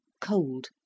cold